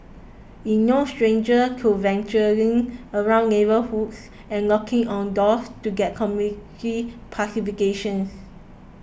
is no stranger to venturing around neighbourhoods and knocking on doors to get community participations